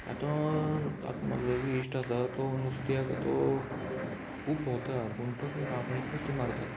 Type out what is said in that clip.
आतां आतां म्हाजो इश्ट आसा तो नुस्त्याक तो खूब भोंवता पूण तो रांपणीक नुस्तें मारता